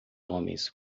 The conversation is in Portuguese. homens